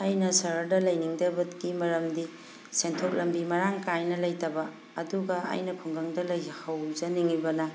ꯑꯩꯅ ꯁꯍꯔꯗ ꯂꯩꯅꯤꯡꯗꯕꯒꯤ ꯃꯔꯝꯗꯤ ꯁꯦꯟꯊꯣꯛ ꯂꯝꯕꯤ ꯃꯔꯥꯡ ꯀꯥꯏꯅ ꯂꯩꯇꯕ ꯑꯗꯨꯒ ꯑꯩꯅ ꯈꯨꯡꯒꯪꯗ ꯂꯩꯖꯍꯧꯖꯅꯤꯡꯉꯤꯕꯅ